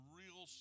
real